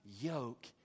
yoke